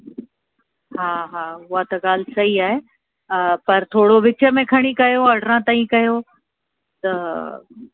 हा हा उहा त ॻाल्हि सही आहे पर थोरो विच में खणी कयो अरिड़हं ताईं कयो त